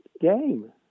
game